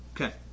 Okay